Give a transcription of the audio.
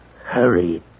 hurry